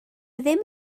ddim